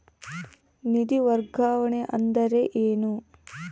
ನಿಧಿ ವರ್ಗಾವಣೆ ಅಂದರೆ ಏನು?